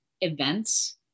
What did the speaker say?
events